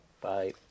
Bye